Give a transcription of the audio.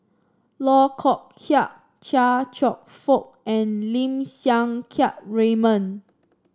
Loh Kok Heng Chia Cheong Fook and Lim Siang Keat Raymond